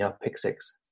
pick-six